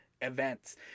events